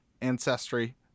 ancestry